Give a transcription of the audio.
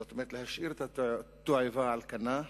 זאת אומרת, להשאיר את התועבה על כנה,